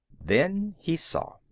then he saw.